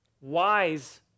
wise